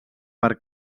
per